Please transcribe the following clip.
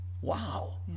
Wow